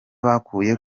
bakuye